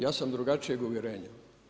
Ja sam drugačijeg uvjerenja.